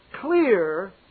clear